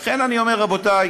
אני אומר, רבותי,